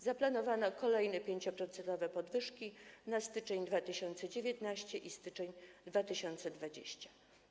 Zaplanowano kolejne 5-procentowe podwyżki na styczeń 2019 r. i styczeń 2020 r.